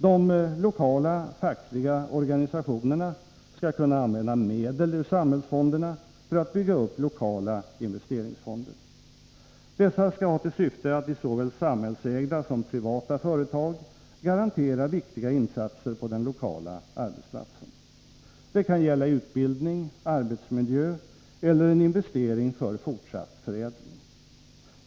De lokala fackliga organisationerna skall kunna använda medel ur samhällsfonderna för att bygga upp lokala investeringsfonder. Dessa skall ha till syfte att i såväl samhällsägda som privata företag garantera viktiga insatser på den lokala arbetsplatsen. Det kan gälla utbildning, arbetsmiljö eller en investering för fortsatt förädling.